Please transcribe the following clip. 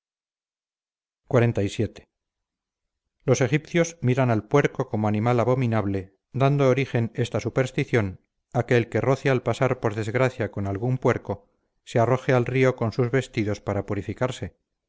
aplaudida xlvii los egipcios miran al puerco como animal abominable dando origen esta superstición a que el que roce al pasar por desgracia con algún puerco se arroje al río con sus vestidos para purificarse